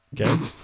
Okay